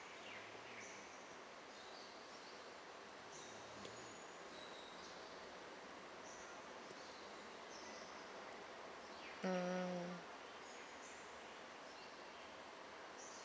mm